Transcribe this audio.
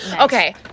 Okay